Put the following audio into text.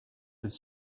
with